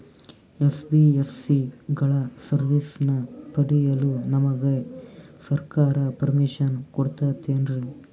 NBSC ಗಳ ಸರ್ವಿಸನ್ನ ಪಡಿಯಲು ನಮಗೆ ಸರ್ಕಾರ ಪರ್ಮಿಷನ್ ಕೊಡ್ತಾತೇನ್ರೀ?